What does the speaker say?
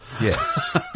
Yes